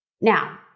Now